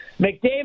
McDavid